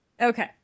Okay